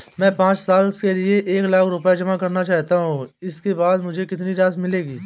मैं पाँच साल के लिए एक लाख रूपए जमा करना चाहता हूँ इसके बाद मुझे कितनी राशि मिलेगी?